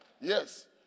yes